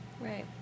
Right